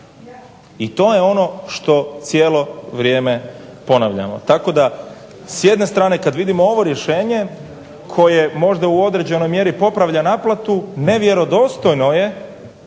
I to je ono što cijelo vrijeme ponavljamo. Tako da s jedne strane kad vidimo ovo rješenje koje možda u određenoj mjeri popravlja naplatu nevjerodostojno je